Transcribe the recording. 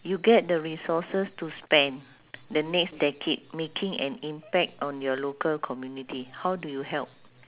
you get the resources to spend the next decade making an impact on your local community how do you help